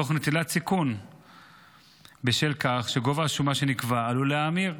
תוך נטילת סיכון בשל כך שגובה השומה שנקבעה עלול להאמיר.